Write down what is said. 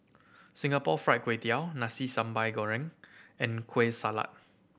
Singapore Fried Kway Tiao Nasi Sambal Goreng and Kueh Salat